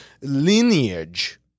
lineage